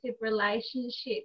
relationships